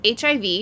HIV